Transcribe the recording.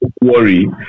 worry